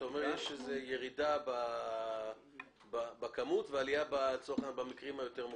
אתה אומר שיש ירידה בכמות ועליה במקרים היותר מורכבים.